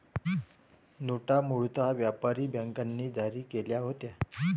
नोटा मूळतः व्यापारी बँकांनी जारी केल्या होत्या